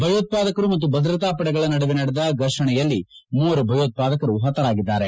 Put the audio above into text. ಭಯೋತ್ಪಾದಕರು ಮತ್ತು ಭದ್ರತಾ ಪಡೆಗಳ ನಡುವೆ ನಡೆದ ಘರ್ಷಣೆಯಲ್ಲಿ ಮೂವರು ಭಯೋತ್ಪಾದಕರು ಹತರಾಗಿದ್ದಾರೆ